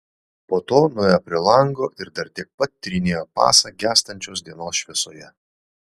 po to nuėjo prie lango ir dar tiek pat tyrinėjo pasą gęstančios dienos šviesoje